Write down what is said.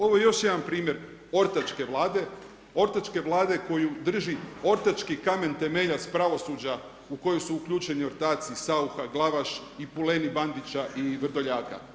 Ovo je još jedan primjer ortačke Vlade, ortačke Vlade koju drži ortački kamen temeljac pravosuđa u koju su uključeni ortaci Saucha, Glavaš i puleni Bandića i Vrdoljaka.